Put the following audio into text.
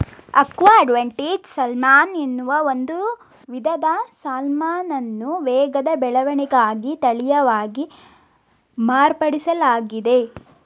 aqua advantage salmon ಎನ್ನುವ ಒಂದು ವಿಧದ ಸಾಲ್ಮನನ್ನು ವೇಗದ ಬೆಳವಣಿಗೆಗಾಗಿ ತಳೀಯವಾಗಿ ಮಾರ್ಪಡಿಸ್ಲಾಗಿದೆ